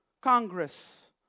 Congress